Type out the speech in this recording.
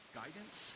guidance